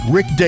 Rick